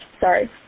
sorry